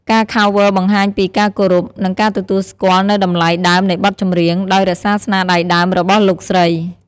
ការ Cover បង្ហាញពីការគោរព និងការទទួលស្គាល់នូវតម្លៃដើមនៃបទចម្រៀង ដោយរក្សាស្នាដៃដើមរបស់លោកស្រី។